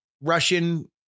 Russian